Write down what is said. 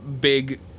Big